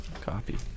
Copy